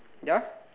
ya